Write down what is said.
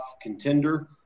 contender